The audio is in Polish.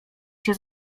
się